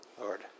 Lord